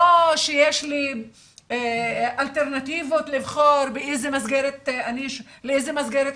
לא שיש לי אלטרנטיבות לבחור לאיזה מסגרת אני שולחת,